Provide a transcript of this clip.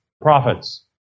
prophets